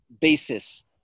basis